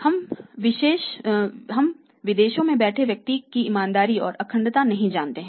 हम विदेशों में बैठे व्यक्ति की ईमानदारी और अखंडता को नहीं जानते हैं